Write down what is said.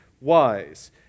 wise